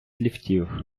ліфтів